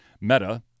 meta